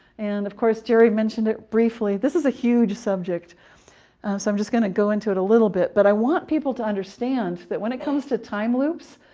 and of course, jerry mentioned it briefly. this is a huge subject, so i'm just going to go into it a little bit. but i want people to understand that when it comes to time loops,